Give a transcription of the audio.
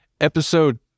episode